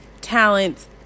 talents